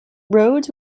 rhoads